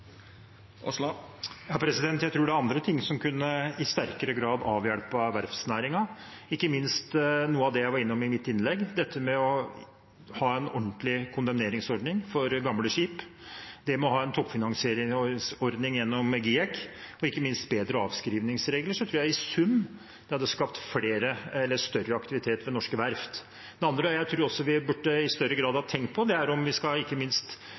Jeg tror det er andre ting som i sterkere grad kunne avhjulpet verftsnæringen, ikke minst noe av det jeg var innom i mitt innlegg: å ha en ordentlig kondemneringsordning for gamle skip, å ha en toppfinansieringsordning gjennom GIEK og ikke minst bedre avskrivningsregler. Jeg tror at det i sum hadde skapt større aktivitet ved norske verft. Det andre jeg tror vi i større grad burde tenkt på, er om vi skal